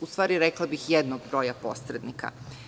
U stvari, rekla bih, jednog broja posrednika.